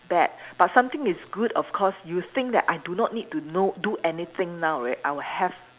bad but something is good of course you think that I do not need to know do anything now right I will have